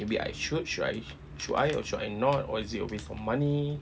maybe I should should I should I or should I not or is it a waste of money